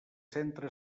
centre